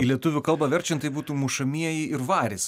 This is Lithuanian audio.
į lietuvių kalbą verčiant tai būtų mušamieji ir varis